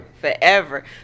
Forever